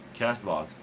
Castbox